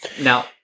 Now